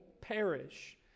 perish